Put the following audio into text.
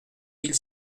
mille